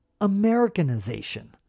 Americanization